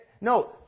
no